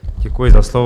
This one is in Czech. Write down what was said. Děkuji za slovo.